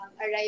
arrive